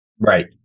Right